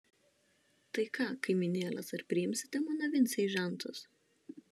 tai ką kaimynėlės ar priimsite mano vincę į žentus